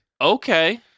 Okay